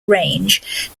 range